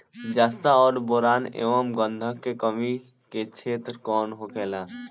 जस्ता और बोरान एंव गंधक के कमी के क्षेत्र कौन होखेला?